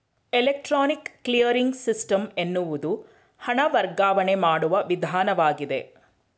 electronic clearing system ಎನ್ನುವುದು ಹಣ ವರ್ಗಾವಣೆ ಮಾಡುವ ವಿಧಾನವಾಗಿದೆ